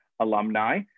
alumni